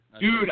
Dude